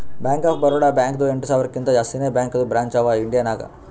bank of Baroda ಬ್ಯಾಂಕ್ದು ಎಂಟ ಸಾವಿರಕಿಂತಾ ಜಾಸ್ತಿನೇ ಬ್ಯಾಂಕದು ಬ್ರ್ಯಾಂಚ್ ಅವಾ ಇಂಡಿಯಾ ನಾಗ್